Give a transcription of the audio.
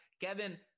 Kevin